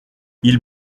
ils